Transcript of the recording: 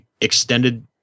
extended